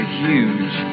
huge